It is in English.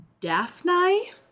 Daphne